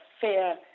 fear